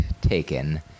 taken